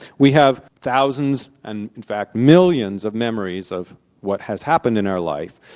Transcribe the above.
we have thousands and in fact millions of memories of what has happened in our life,